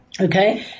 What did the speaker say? Okay